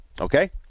Okay